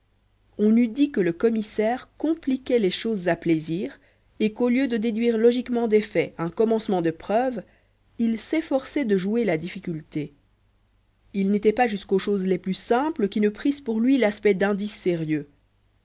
on eût dit que le commissaire compliquait les choses à plaisir et qu'au lieu de déduire logiquement des faits un commencement de preuve il s'efforçait de jouer la difficulté il n'était pas jusqu'aux choses les plus simples qui ne prissent pour lui l'aspect d'indices sérieux